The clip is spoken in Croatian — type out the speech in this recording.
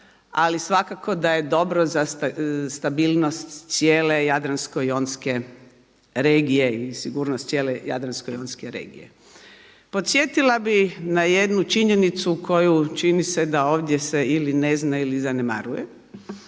ali svakako da je dobro za stabilnost cijele Jadransko-jonske regije i sigurnost cijele Jadransko-jonske regije. Podsjetila bih na jednu činjenicu koju čini se ovdje se ili ne zna ili zanemaruje,